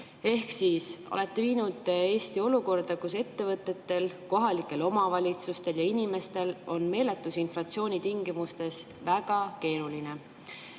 Ehk olete viinud Eesti olukorda, kus ettevõtetel, kohalikel omavalitsustel ja inimestel on meeletu inflatsiooni tingimustes väga keeruline.